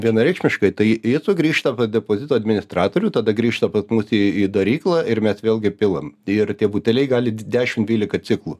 vienareikšmiškai tai jie sugrįžta pas depozitų administratorių tada grįžta pas mus į į daryklą ir mes vėlgi pilam ir tie buteliai gali dešim dvylika ciklų